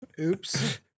oops